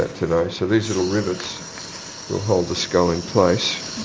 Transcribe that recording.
that today. so these little rivets will hold the skull in place.